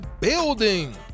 building